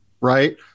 right